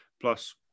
plus